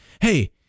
Hey